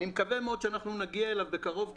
אני מקווה מאוד שאנחנו נגיע אליו בקרוב.